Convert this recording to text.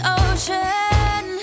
ocean